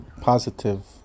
positive